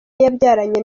yabyaranye